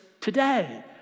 today